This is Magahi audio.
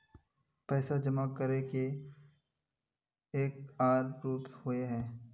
पैसा जमा करे के एक आर रूप होय है?